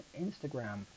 Instagram